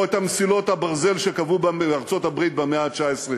או את מסילות הברזל שקבעו בארצות-הברית במאה ה-19?